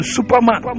Superman